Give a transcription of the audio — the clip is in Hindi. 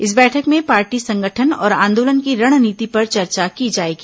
इस बैठक में पार्टी संगठन और आंदोलन की रणनीति पर चर्चा की जाएगी